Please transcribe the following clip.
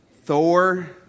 Thor